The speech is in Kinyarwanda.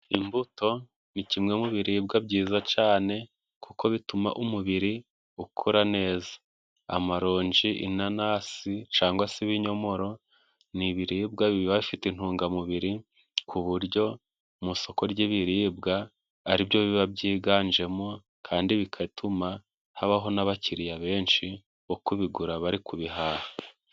Imbuto ni kimwe mu biribwa byiza cane, kuko bituma umubiri ukora neza. Amaronji, inanasi canga se ibinyomoro, ni ibiribwa biba bifite intungamubiri, ku buryo mu soko ry'ibiribwa aribyo biba byiganjemo, kandi bikatuma habaho n'abakiriya benshi bo kubigura bari kubihaha.